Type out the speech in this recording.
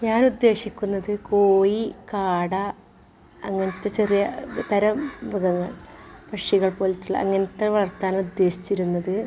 ഞാൻ ഉദ്ദേശിക്കുന്നത് കോഴി കാട അങ്ങനത്തെ ചെറിയ തരം മൃഗങ്ങൾ പക്ഷികൾ പോലത്തുള്ള അങ്ങനത്തെ വളർത്താനാണ് ഉദ്ദേശിച്ചിരുന്നത്